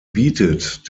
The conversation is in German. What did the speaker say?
bietet